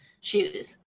shoes